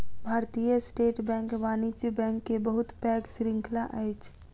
भारतीय state bank वाणिज्य bank के बहुत पैघ श्रृंखला अछि